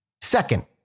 Second